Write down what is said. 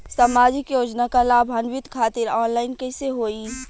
सामाजिक योजना क लाभान्वित खातिर ऑनलाइन कईसे होई?